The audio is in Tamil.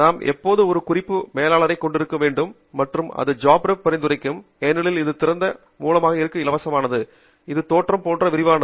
நாம் எப்போதுமே ஒரு குறிப்பு மேலாளரைக் கொண்டிருக்க வேண்டும் மற்றும் அது ஜாப்ரெஃப் பரிந்துரைக்கும் ஏனெனில் இது திறந்த மூல மற்றும் இலவசமானது அது தோற்றம் போன்ற ஒரு விரிதாள் உள்ளது